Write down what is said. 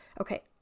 Okay